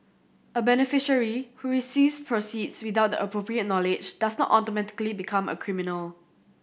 a beneficiary who receives proceeds without the appropriate knowledge does not automatically become a criminal